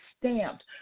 stamped